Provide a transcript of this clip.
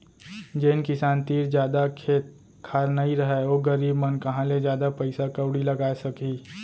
जेन किसान तीर जादा खेत खार नइ रहय ओ गरीब मन कहॉं ले जादा पइसा कउड़ी लगाय सकहीं